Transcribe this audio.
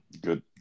Good